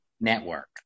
Network